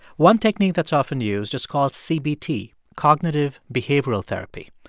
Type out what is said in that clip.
one technique that's often used is called cbt, cognitive behavioral therapy.